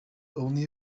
only